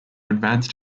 advanced